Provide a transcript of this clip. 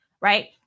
right